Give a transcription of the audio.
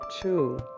two